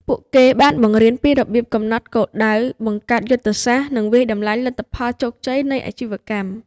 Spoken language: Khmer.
ពួកគេបានបង្រៀនពីរបៀបកំណត់គោលដៅ បង្កើតយុទ្ធសាស្ត្រ និងវាយតម្លៃលទ្ធភាពជោគជ័យនៃអាជីវកម្ម។